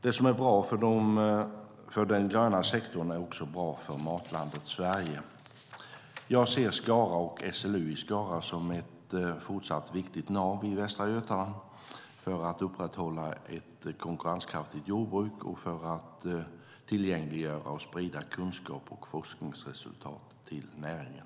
Det som är bra för den gröna sektorn är också bra för Matlandet Sverige. Jag ser Skara och SLU i Skara som ett fortsatt viktigt nav i Västra Götaland för att upprätthålla ett konkurrenskraftigt jordbruk och för att tillgängliggöra och sprida kunskap och forskningsresultat till näringen.